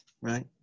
Right